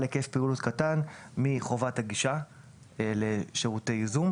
היקף פעילות קטן מחובת הגישה לשירותי ייזום,